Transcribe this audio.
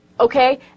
Okay